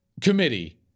Committee